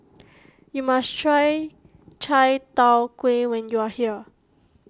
you must try Chai Tow Kway when you are here